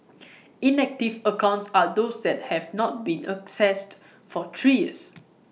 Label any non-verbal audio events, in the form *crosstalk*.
*noise* inactive accounts are those that have not been accessed for three years